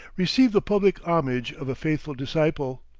receive the public homage of a faithful disciple.